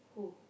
who